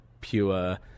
pure